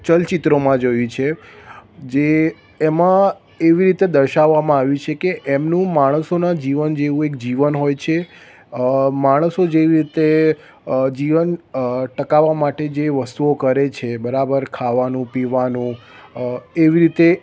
ચલચિત્રોમાં જોઈ છે જે એમાં એવી રીતે દર્શાવવામાં આયુ છે કે એમનું માણસોનાં જીવન જેવું એક જીવન હોય છે માણસો જેવી રીતે જીવન ટકાવવા માટે જે વસ્તુઓ કરે છે બરાબર ખાવાનું પીવાનું એવી રીતે